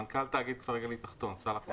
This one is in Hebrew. מנכ"ל תאגיד כפרי גליל תחתון, סאלח נאסר.